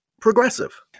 progressive